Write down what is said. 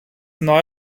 neu